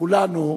כולנו,